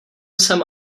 jsem